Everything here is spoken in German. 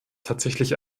tatsächlich